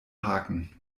haken